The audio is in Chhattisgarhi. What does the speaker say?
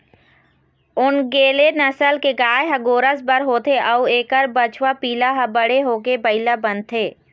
ओन्गेले नसल के गाय ह गोरस बर होथे अउ एखर बछवा पिला ह बड़े होके बइला बनथे